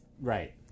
Right